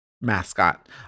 mascot